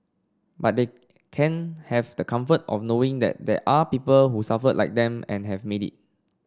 but they can have the comfort of knowing that there are people who suffered like them and have made it